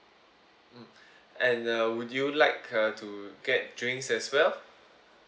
mm and uh would you like uh to get drinks as well